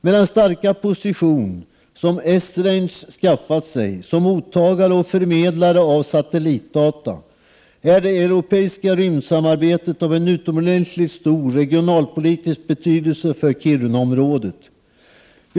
Med den starka position som Esrange skaffat sig, som mottagare och förmedlare av satellitdata, är det europeiska rymdsamarbetet av en utomordentligt stor regionalpolitisk betydelse för Kirunaområdet.